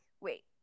wait